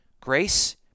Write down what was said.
grace